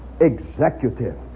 Executive